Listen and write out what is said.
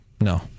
No